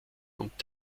und